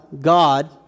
God